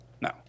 No